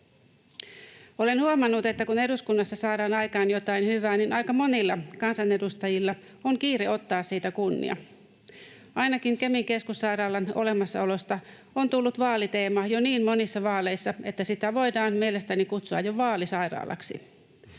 Olen huomannut, että kun eduskunnassa saadaan aikaan jotain hyvää, niin aika monilla kansanedustajilla on kiire ottaa siitä kunnia. Ainakin Kemin keskussairaalan olemassaolosta on tullut vaaliteema jo niin monissa vaaleissa, että sitä voidaan mielestäni kutsua jo vaalisairaalaksi.